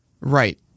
Right